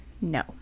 No